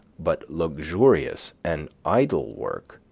but luxurious and idle work,